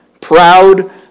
Proud